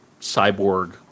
cyborg